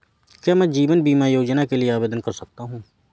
क्या मैं जीवन बीमा योजना के लिए आवेदन कर सकता हूँ?